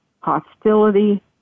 hostility